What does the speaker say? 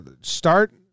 Start